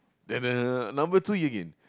number three again